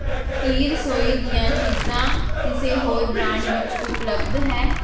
ਕੀ ਰਸੋਈ ਦੀਆਂ ਚੀਜ਼ਾਂ ਕਿਸੇ ਹੋਰ ਬ੍ਰਾਂਡ ਵਿੱਚ ਉਪਲਬਧ ਹੈ